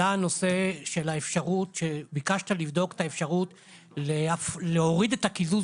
ביקשת לבדוק את האפשרות להוריד את הקיזוז